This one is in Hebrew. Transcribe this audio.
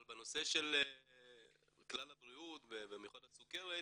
אבל בנושא של כלל הבריאות, ובמיוחד הסוכרת,